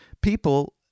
People